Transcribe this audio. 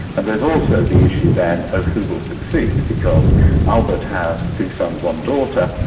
and there's also the issue then of who will succeed because albert has two sons, one daughter,